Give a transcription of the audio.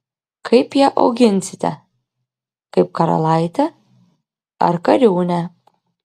kaip ją auginsite kaip karalaitę ar kariūnę